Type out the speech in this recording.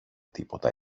τίποτα